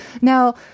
Now